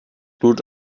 blut